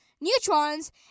neutrons